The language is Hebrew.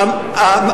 עצמאי.